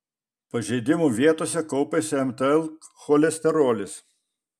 pažeidimų vietose kaupiasi mtl cholesterolis